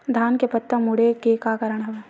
धान के पत्ता मुड़े के का कारण हवय?